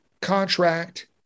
contract